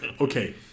okay